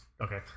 Okay